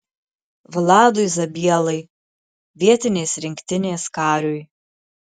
vladui zabielai vietinės rinktinės kariui